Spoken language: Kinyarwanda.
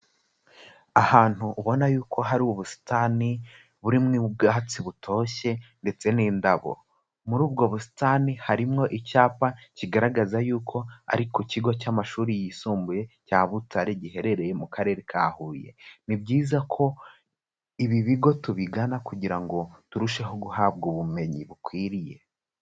Ahantu ubona yuko hari ubusitani burimo ubwatsi butoshye ndetse n'indabo, muri ubwo busitani harimwo icyapa kigaragaza yuko ari ku kigo cy'amashuri yisumbuye cya Butare, giherereye mu karere ka Huye, ni byiza ko ibi bigo tubigana kugira ngo turusheho guhabwa ubumenyi bukwiriye.